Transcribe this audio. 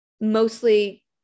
mostly